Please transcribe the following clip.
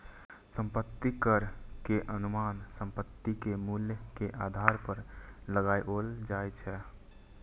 संपत्ति कर के अनुमान संपत्ति के मूल्य के आधार पर लगाओल जाइ छै